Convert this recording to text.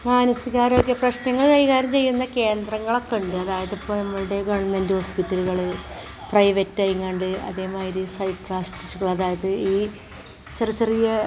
മാനസികാരോഗ്യ പ്രശ്നങ്ങൾ കൈകാര്യം ചെയ്യുന്ന കേന്ദ്രങ്ങളൊക്കെ ഉണ്ട് അതായതിപ്പം നമ്മുടെ ഗവൺമൻറ് ഹോസ്പിറ്റലുകൾ പ്രൈവറ്റ് ഐങ്ങാണ്ട് അതേമാതിരി സൈക്കാട്രിസ്റ്റുകൾ അതായത് ഈ ചെറ് ചെറിയ